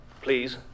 Please